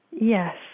Yes